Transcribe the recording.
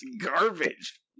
garbage